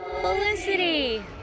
Felicity